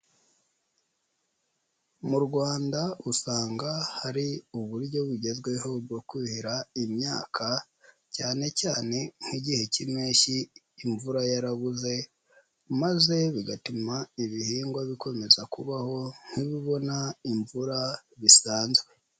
Mu Rwanda usanga hari uburyo bugezweho bwo kuhira imyaka, cyane cyane nk'igihe cy'impeshyi imvura yarabuze, maze bigatuma ibihingwa bikomeza kubaho nk'ibibona imvura bisanzwe.